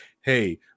hey